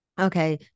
okay